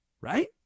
right